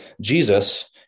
Jesus